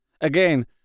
Again